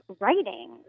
writing